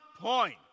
point